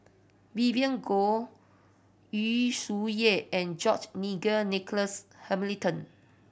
Vivien Goh Yu Zhuye and George Nigel Douglas